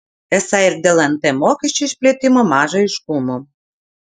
esą ir dėl nt mokesčio išplėtimo maža aiškumo